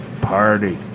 party